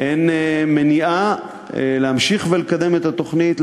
אין מניעה להמשיך ולקדם את התוכנית,